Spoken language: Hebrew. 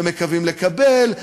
ומקווים לקבל,